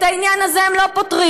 את העניין הזה הם לא פותרים.